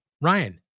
Ryan